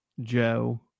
Joe